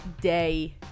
day